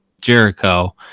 Jericho